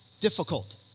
difficult